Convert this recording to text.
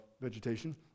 vegetation